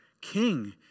king